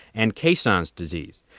and caisson's disease,